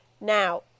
Now